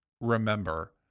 remember